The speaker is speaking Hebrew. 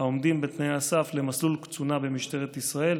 העומדים בתנאי הסף למסלול קצונה במשטרת ישראל.